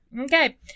Okay